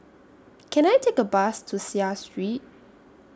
Can I Take A Bus to Seah Street